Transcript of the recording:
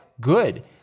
Good